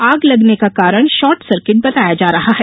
आग लगने का कारण शार्टसर्किट बताया जा रहा है